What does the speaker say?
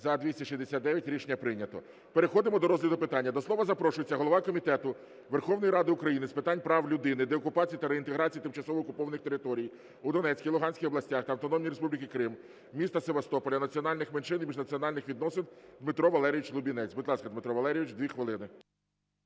За-269 Рішення прийнято. Переходимо до розгляду питання. До слова запрошується голова Комітету Верховної Ради України з питань прав людини, деокупації та реінтеграції тимчасово окупованих територій у Донецькій, Луганській областях, Автономної Республіки Крим, міста Севастополя, національних меншин і міжнаціональних відносин Дмитро Валерійович Лубінець. Будь ласка, Дмитро Валерійович, 2 хвилини.